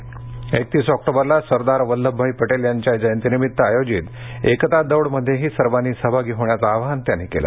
क्तीस ऑक्टोबरला सरदार वल्लभभाई पटेल यांच्या जयंतीनिमित्त आयोजित क्रितादोड मध्येही सर्वांनी सहभागी होण्याचं आवाहन त्यांनी केलं